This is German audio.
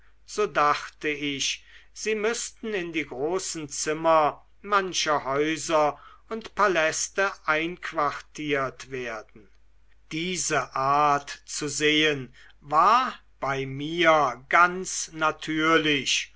so dachte ich sie müßten in die großen zimmer mancher häuser und paläste einquartiert werden diese art zu sehen war bei mir ganz natürlich